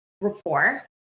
rapport